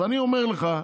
אז אני אומר לך,